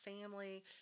family